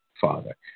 father